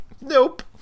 nope